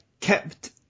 kept